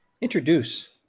introduce